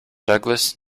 douglas